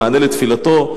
במענה לתפילתו,